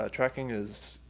ah tracking is